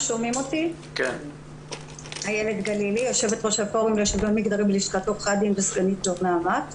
אני יו"ר הפורום לשוויון מגדרי בלשכת עורכי הדין וסגנית יו"ר נעמ"ת.